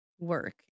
work